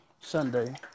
Sunday